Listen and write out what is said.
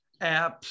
apps